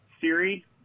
Siri